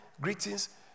greetings